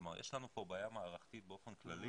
כלומר, יש לנו כאן בעיה מערכתית באופן כללי,